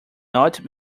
not